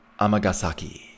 Amagasaki